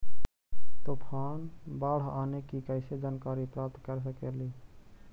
तूफान, बाढ़ आने की कैसे जानकारी प्राप्त कर सकेली?